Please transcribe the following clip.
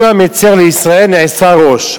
כל המצר לישראל נעשה ראש.